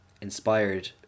inspired